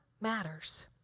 matters